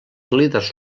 líders